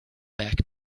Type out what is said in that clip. back